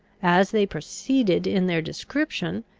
as they proceeded in their description,